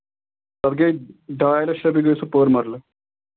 پَتہٕ گٔے ڈاے لَچھ رۄپیہِ گٔے سُہ پٔر مَرلہٕ